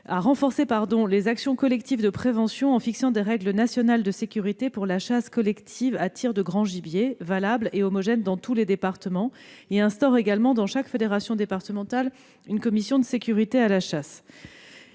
à renforcer les actions collectives de prévention, en fixant des règles nationales de sécurité pour la chasse collective à tir de grand gibier qui soient valables et homogènes dans tous les départements, et en instaurant, dans chaque fédération départementale, une commission de sécurité à la chasse.